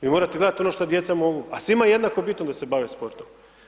Vi morate gledati ono što djeca mogu a svima je jednako bitno da se bave sportom.